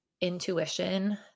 intuition